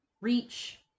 reach